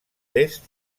est